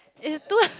it's too